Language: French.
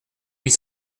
huit